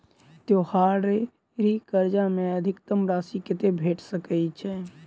त्योहारी कर्जा मे अधिकतम राशि कत्ते भेट सकय छई?